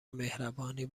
مهربانی